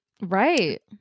right